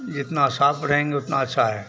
जितना साफ रहेंगे उतना अच्छा है